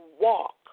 walk